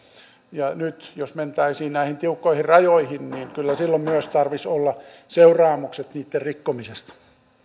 nyt jos mentäisiin näihin tiukkoihin rajoihin niin kyllä silloin myös tarvitsisi olla seuraamukset niitten rikkomisesta